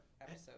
episode